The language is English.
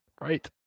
Right